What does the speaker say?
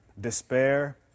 despair